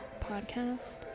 podcast